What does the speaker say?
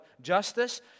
justice